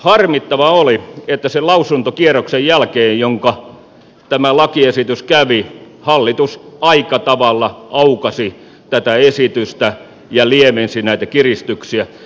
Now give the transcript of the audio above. harmittavaa oli että sen lausuntokierroksen jälkeen jonka tämä lakiesitys kävi hallitus aika tavalla aukaisi tätä esitystä ja lievensi näitä kiristyksiä